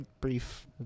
brief